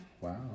Wow